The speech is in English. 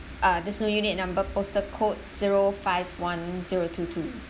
uh there's no unit number postal code zero five one zero two two